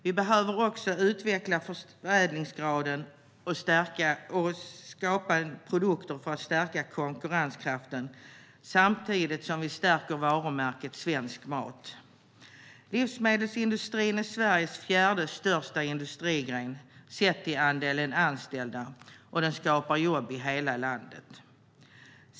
Vi behöver också utveckla förädlingsgraden och skapa produkter för att stärka konkurrenskraften samtidigt som vi stärker varumärket svensk mat. Livsmedelsindustrin är Sveriges fjärde största industrigren sett till andelen anställda, och den skapar jobb i hela landet.